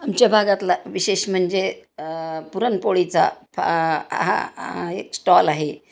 आमच्या भागातला विशेष म्हणजे पुरणपोळीचा फ हा एक स्टॉल आहे